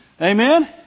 Amen